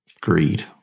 greed